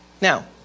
Now